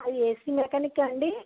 AC మెకానికా అండి